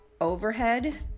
overhead